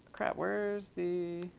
crap, where's the